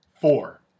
four